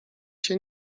się